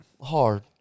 hard